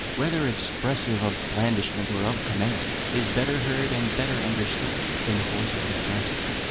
whether expressive of blandishment or of command, is better heard and better understood than the voice of his master.